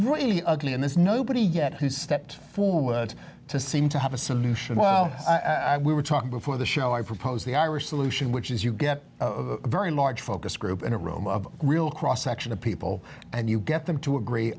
really ugly and there's nobody yet who stepped forward to seem to have a solution well we were talking before the show i proposed the irish solution which is you get a very large focus group in a room of a real cross section of people and you get them to agree